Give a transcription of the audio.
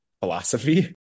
philosophy